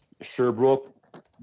Sherbrooke